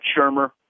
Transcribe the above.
Shermer